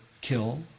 kill